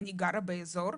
אני גרה באזור,